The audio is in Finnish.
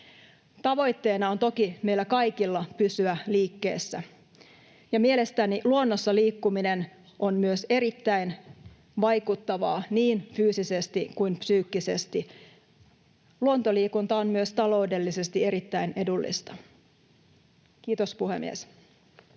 Tavoitteena on toki meillä kaikilla pysyä liikkeessä, ja mielestäni luonnossa liikkuminen on myös erittäin vaikuttavaa niin fyysisesti kuin psyykkisesti. Luontoliikunta on myös taloudellisesti erittäin edullista. — Kiitos, puhemies.